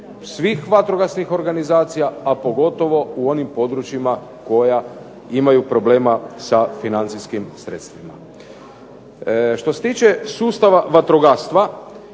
svih vatrogasnih organizacija, a pogotovo u onim područjima koja imaju problema sa financijskim sredstvima. Što se tiče sustava vatrogastva